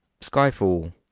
Skyfall